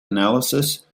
analysis